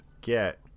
get